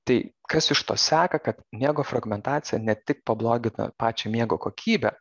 tai kas iš to seka kad miego fragmentacija ne tik pablogina pačią miego kokybę